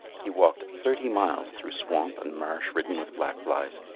he walked thirty miles through swamp and marsh ridden with black flies,